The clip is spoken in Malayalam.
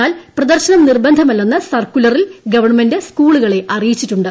എന്നാൽ പ്രദർശനം നിർബന്ധമല്ലെന്ന് സർക്കുലറിൽ ഗവൺമെന്റ് സ്കൂളുകളെ അറിയിച്ചിട്ടുണ്ട്